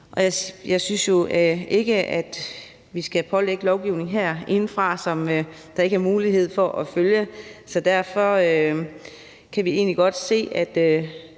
Jeg synes jo ikke, at vi skal pålægge noget lovgivning herindefra, som der ikke er mulighed for at følge, så derfor kan vi egentlig godt se, at